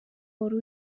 wari